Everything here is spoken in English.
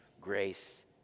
grace